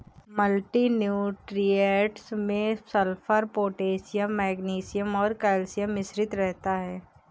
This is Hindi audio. मल्टी न्यूट्रिएंट्स में सल्फर, पोटेशियम मेग्नीशियम और कैल्शियम मिश्रित रहता है